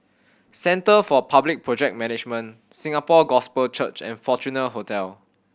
Centre for Public Project Management Singapore Gospel Church and Fortuna Hotel